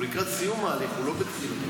הוא לקראת סיום ההליך, הוא לא בתחילתו.